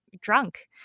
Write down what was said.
drunk